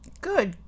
Good